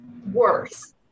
worse